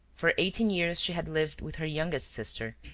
for eighteen years she had lived with her youngest sister,